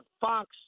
Fox